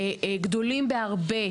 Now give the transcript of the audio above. גדולים בהרבה.